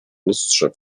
lustrze